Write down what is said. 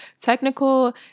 technical